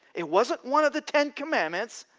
it wasn't one of the ten commandments,